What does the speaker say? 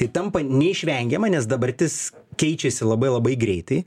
ir tampa neišvengiama nes dabartis keičiasi labai labai greitai